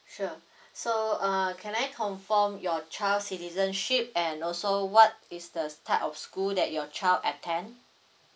sure so uh can I confirm your child citizenship and also what is the s~ type of school that your child attend